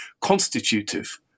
constitutive